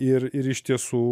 ir ir iš tiesų